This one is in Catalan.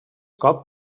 cop